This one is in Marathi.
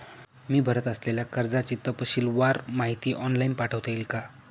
मी भरत असलेल्या कर्जाची तपशीलवार माहिती ऑनलाइन पाठवता येईल का?